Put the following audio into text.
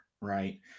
right